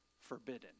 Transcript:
forbidden